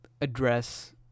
address